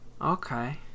Okay